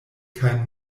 kaj